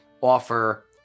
offer